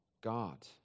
God